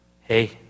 Hey